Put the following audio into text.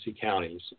counties